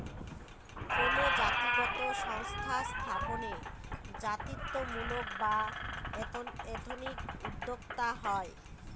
কোনো জাতিগত সংস্থা স্থাপনে জাতিত্বমূলক বা এথনিক উদ্যোক্তা হয়